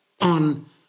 on